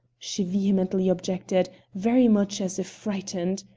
she vehemently objected, very much as if frightened.